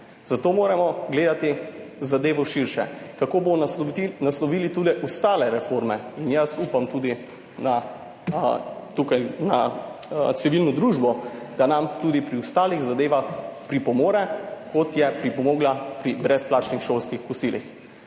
zato moramo gledati zadevo širše, kako jo bomo naslovili, naslovili tudi ostale reforme. Jaz upam tudi na civilno družbo, da nam tudi pri ostalih zadevah pripomore, kot je pripomogla pri brezplačnih šolskih kosilih.